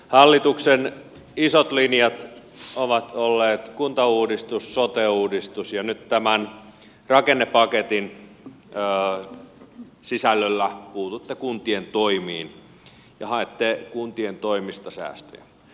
hallituksen isot linjat ovat olleet kuntauudistus sote uudistus ja nyt tämän rakennepaketin sisällöllä puututte kuntien toimiin ja haette kuntien toimista säästöjä